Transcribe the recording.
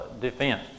defense